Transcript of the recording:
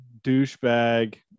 douchebag